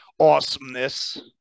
awesomeness